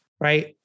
Right